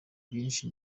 byinshi